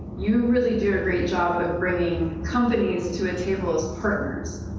you really do a great job of bringing companies to a table as partners,